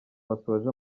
basoje